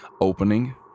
opening